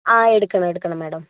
ആ എടുക്കണം എടുക്കണം മാഡം